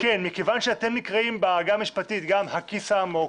מכיוון שאתם נקראים בעגה המשפטית גם הכיס העמוק,